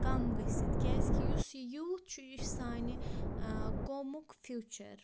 کَم گٔژھِتھ کیٛازِ کہِ یُس یہِ یوٗتھ چھُ یہِ چھُ سانہِ قومُک فیوٗچَر